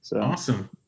Awesome